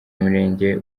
murenge